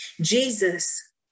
Jesus